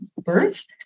birth